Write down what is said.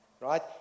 right